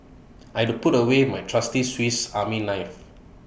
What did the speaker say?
I'd to put away my trusty Swiss army knife